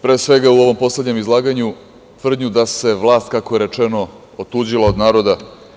Pre svega, u ovom poslednjem izlaganju, tvrdnju da se vlast, kako je rečeno, otuđila od naroda.